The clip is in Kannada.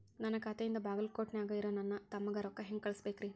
ನನ್ನ ಖಾತೆಯಿಂದ ಬಾಗಲ್ಕೋಟ್ ನ್ಯಾಗ್ ಇರೋ ನನ್ನ ತಮ್ಮಗ ರೊಕ್ಕ ಹೆಂಗ್ ಕಳಸಬೇಕ್ರಿ?